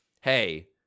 hey